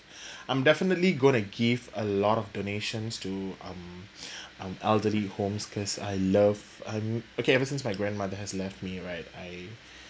I'm definitely going to give a lot of donations to um um elderly homes because I love um okay ever since my grandmother has left me right I